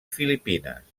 filipines